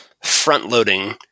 front-loading